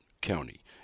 county